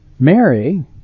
Mary